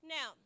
Now